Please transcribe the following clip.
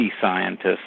scientists